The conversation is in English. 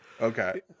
Okay